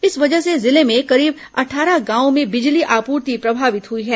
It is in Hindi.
इस वजह से जिले के करीब अट्ठारह गांवों में बिजली आपूर्ति प्रभावित हुई है